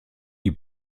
die